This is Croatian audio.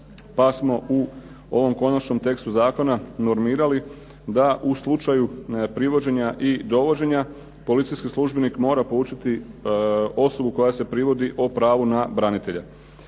pa smo u ovom konačnom tekstu zakona normirali da u slučaju privođenja i dovođenja policijski službenik mora poučiti osobu koja se privodi o pravu na branitelja.